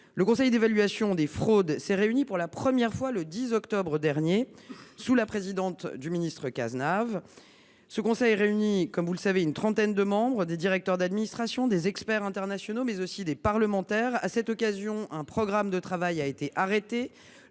Le Conseil d’évaluation des fraudes s’est réuni pour la première fois le 10 octobre dernier sous la présidence du ministre Cazenave. Il est composé d’une trentaine de membres, directeurs d’administration, experts internationaux, mais aussi parlementaires. À l’occasion de cette réunion, un programme de travail a été arrêté.